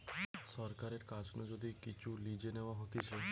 সরকারের কাছ নু যদি কিচু লিজে নেওয়া হতিছে